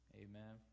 amen